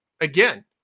again